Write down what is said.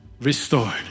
restored